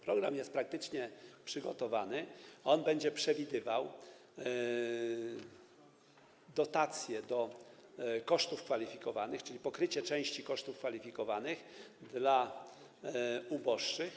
Program praktycznie jest przygotowany, on będzie przewidywał dotacje do kosztów kwalifikowanych, czyli pokrycie części kosztów kwalifikowanych dla uboższych.